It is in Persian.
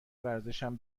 ورزشم